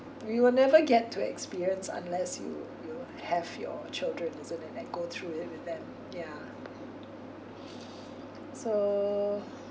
we will never get to experience unless you you have your children isn't it and go through it with them yeah so